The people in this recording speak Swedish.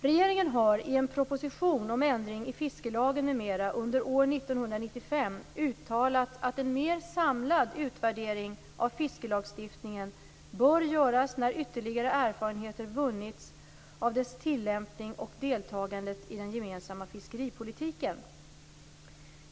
Regeringen har i en proposition om ändring i fiskelagen m.m. under år 1995 uttalat att en mer samlad utvärdering av fiskelagstiftningen bör göras när ytterligare erfarenheter vunnits av dess tillämpning och deltagandet i den gemensamma fiskeripolitiken.